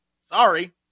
Sorry